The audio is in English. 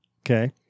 okay